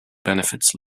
benefits